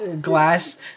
Glass